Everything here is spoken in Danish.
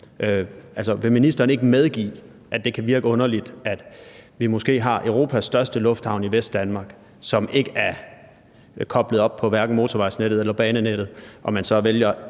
vil ministeren ikke medgive, at det kan virke underligt, at vi måske har Europas største lufthavn i Vestdanmark, som ikke er koblet op på hverken motorvejsnettet eller banenettet, og at man så vælger,